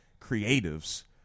creatives